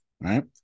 Right